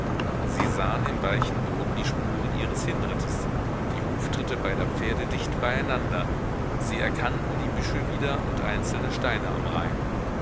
sie sahen im weichen boden die spuren ihres hinrittes die huftritte beider pferde dicht beieinander sie erkannten die büsche wieder und einzelne steine am rain